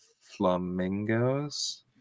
flamingos